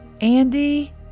Andy